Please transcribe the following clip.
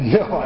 no